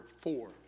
four